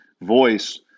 voice